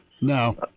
No